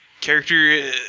character